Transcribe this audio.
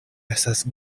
estas